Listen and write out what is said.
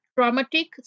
Traumatic